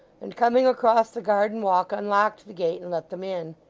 and coming across the garden-walk, unlocked the gate and let them in.